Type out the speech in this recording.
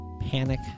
Panic